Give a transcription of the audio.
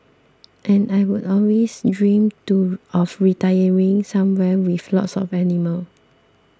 and I'd always dreamed to of retiring somewhere with lots of animals